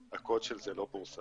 הקוד של זה לא פורסם.